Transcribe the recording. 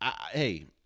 Hey